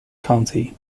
county